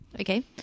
Okay